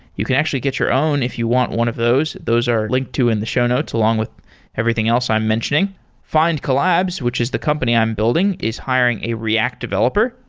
you can actually get your own if you want one of those. those are linked too in the show notes along with everything else i'm mentioning findcollabs which is the company i'm building is hiring a react developer.